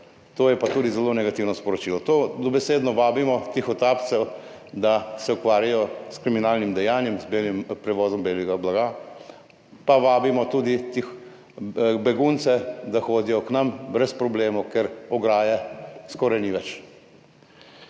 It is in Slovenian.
To je pa tudi zelo negativno sporočilo. To dobesedno vabimo tihotapce, da se ukvarjajo s kriminalnim dejanjem, s prevozom belega blaga pa vabimo tudi begunce, da hodijo k nam brez problemov, ker ograje skoraj ni več.